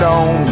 on